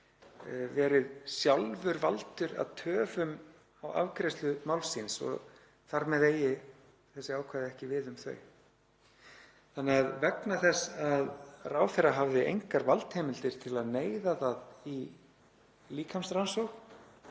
verið sjálfur valdur að töfum á afgreiðslu máls síns og þar með eigi þessi ákvæði ekki við um þann hóp. Þannig að vegna þess að ráðherra hafði engar valdheimildir til að neyða fólkið í líkamsrannsókn